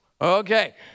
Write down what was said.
Okay